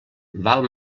val